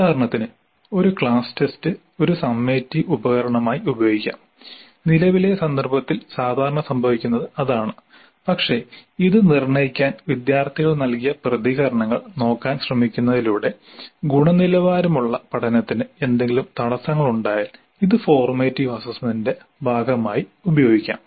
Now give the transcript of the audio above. ഉദാഹരണത്തിന് ഒരു class test ഒരു സമ്മേറ്റിവ് ഉപകരണമായി ഉപയോഗിക്കാം നിലവിലെ സന്ദർഭത്തിൽ സാധാരണ സംഭവിക്കുന്നത് അതാണ് പക്ഷേ ഇത് നിർണ്ണയിക്കാൻ വിദ്യാർത്ഥികൾ നൽകിയ പ്രതികരണങ്ങൾ നോക്കാൻ ശ്രമിക്കുന്നതിലൂടെ ഗുണനിലവാരമുള്ള പഠനത്തിന് എന്തെങ്കിലും തടസ്സങ്ങളുണ്ടായാൽ ഇത് ഫോർമാറ്റീവ് അസസ്മെന്റിന്റെ ഭാഗമായി ഉപയോഗിക്കാം